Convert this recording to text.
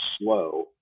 slow